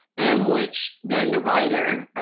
and which then, the writer,